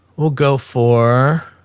we'll go for,